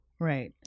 Right